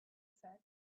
said